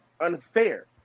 unfair